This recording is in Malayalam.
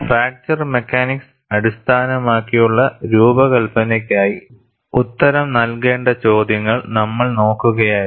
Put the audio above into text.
ഫ്രാക്ചർ മെക്കാനിക്സ് അടിസ്ഥാനമാക്കിയുള്ള രൂപകൽപ്പനയ്ക്കായി ഉത്തരം നൽകേണ്ട ചോദ്യങ്ങൾ നമ്മൾ നോക്കുകയായിരുന്നു